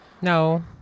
No